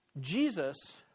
Jesus